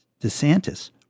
DeSantis